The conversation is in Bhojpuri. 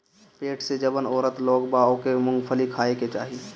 पेट से जवन औरत लोग बा ओके मूंगफली खाए के चाही